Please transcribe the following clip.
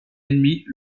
ennemies